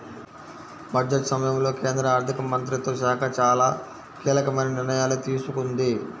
budget సమయంలో కేంద్ర ఆర్థిక మంత్రిత్వ శాఖ చాలా కీలకమైన నిర్ణయాలు తీసుకుంది